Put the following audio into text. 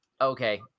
Okay